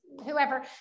whoever